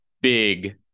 big